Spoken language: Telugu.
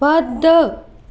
వద్దు